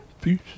Peace